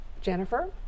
Jennifer